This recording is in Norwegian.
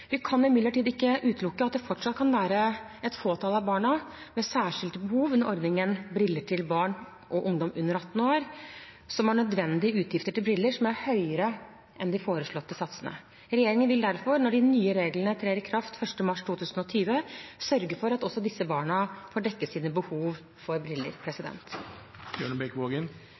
Vi kan imidlertid ikke utelukke at det fortsatt kan være et fåtall av barna med særskilte behov under ordningen «Briller til barn og ungdom under 18 år» som har nødvendige utgifter til briller som er høyere enn de foreslåtte satsene. Regjeringen vil derfor når de nye reglene trer i kraft 1. mars 2020, sørge for at også disse barna får dekket sine behov for briller.